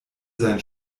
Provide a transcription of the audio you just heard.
sein